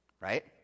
right